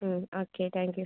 okay thank you